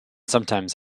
sometimes